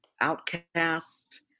outcast